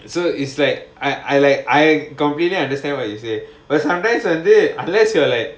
so is like I I like I completely understand what you say but sometimes a day unless you are like